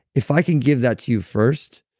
if i can give that to you first,